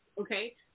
Okay